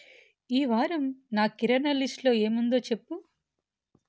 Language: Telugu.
ఈ వారం నా కిరాణా లిస్ట్లో ఏముందో చెప్పు